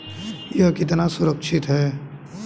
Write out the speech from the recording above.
यह कितना सुरक्षित है?